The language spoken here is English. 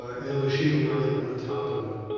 ah and machine learning on top of them.